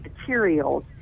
materials